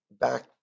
back